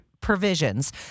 Provisions